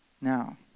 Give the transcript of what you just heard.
Now